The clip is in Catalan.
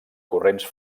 corrents